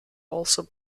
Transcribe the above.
also